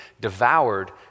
devoured